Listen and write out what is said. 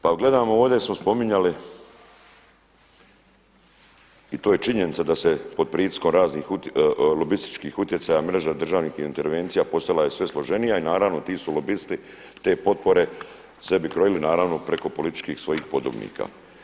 Pa gledamo, ovdje smo spominjali i to je činjenica da se pod pritiskom različitih lobističkih utjecaja mreža državnih intervencija postala je sve složenija i naravno ti su lobisti, te potpore sebi krojili naravno preko političkih svojih podobnika.